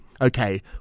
Okay